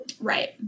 Right